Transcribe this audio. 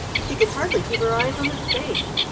and she could hardly keep her eyes on the stage.